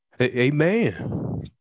Amen